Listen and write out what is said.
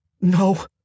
No